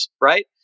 right